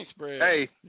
Hey